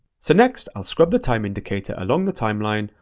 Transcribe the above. so next, i'll scrub the time indicator along the timeline,